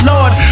Lord